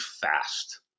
fast